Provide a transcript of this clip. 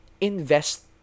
invest